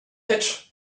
pitch